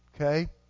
okay